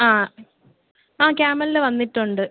ആ അ ക്യാമലിന്റെ വന്നിട്ടുണ്ട്